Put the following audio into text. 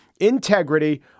integrity